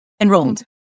enrolled